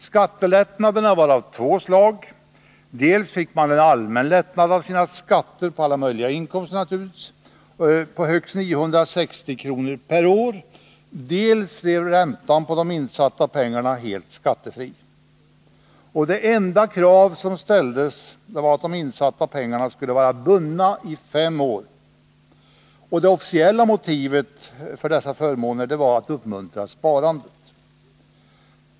Skattelättnaderna var av två slag: dels fick man en allmän lättnad av sina skatter på alla möjliga inkomster på högst 960 kr. per år, dels blev räntan på de insatta pengarna helt skattefri. Det enda krav som ställdes var att de insatta pengarna skulle vara bundna i fem år. Det officiella motivet för dessa förmåner var att uppmuntra sparandet.